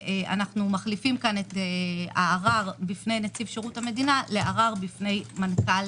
אנחנו מחליפים כאן את הערר בפני שירות המדינה לערר בפני מנכ"ל